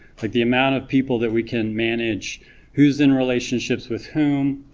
like the amount of people that we can manage who's in relationships with whom,